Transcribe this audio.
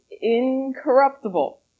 incorruptible